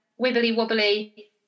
wibbly-wobbly